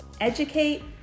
Educate